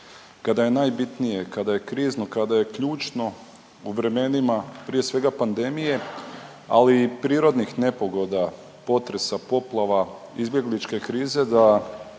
kada je najbitnije, kada je krizno, kada je ključno u vremenima, prije svega pandemije, ali i prirodnih nepogoda potresa, poplava, izbjegličke krize da